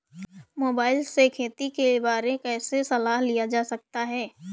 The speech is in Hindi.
मोबाइल से खेती के बारे कैसे सलाह लिया जा सकता है?